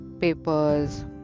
papers